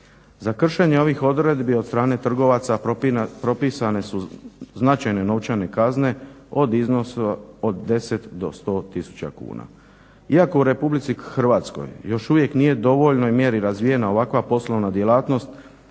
Za kršenje ovih odredbi od strane trgovaca propisane su značajne novčane kazne od iznosa od 10 do 100000 kuna. Iako u Republici Hrvatskoj još uvijek nije u dovoljnoj mjeri razvijena ovakva poslovna djelatnost